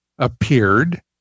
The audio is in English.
Appeared